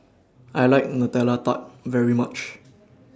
I like Nutella Tart very much